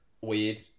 weird